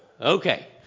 okay